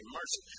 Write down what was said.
mercy